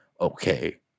okay